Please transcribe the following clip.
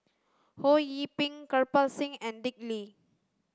Ho Yee Ping Kirpal Singh and Dick Lee